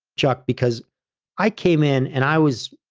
chuck, because i came in and i was,